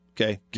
Okay